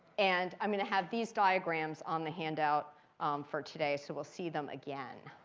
and i'm going to have these diagrams on the handout for today. so we'll see them again.